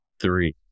three